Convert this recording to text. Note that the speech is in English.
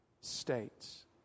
states